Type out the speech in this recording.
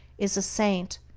is a saint,